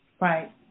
Right